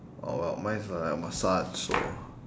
oh well mine it's like a massage so